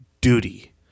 duty